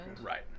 Right